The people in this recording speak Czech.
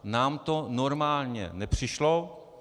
Nám to normální nepřišlo.